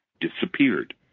disappeared